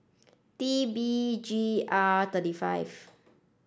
T B G R three five